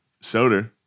soda